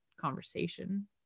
conversation